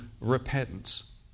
repentance